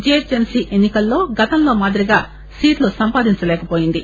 GHMC ఎన్ని కల్లో గతంలో మాదిరిగా సీట్లు సంపాదించలేకవోయింది